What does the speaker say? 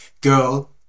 girl